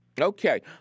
Okay